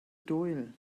doyle